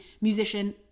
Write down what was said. musician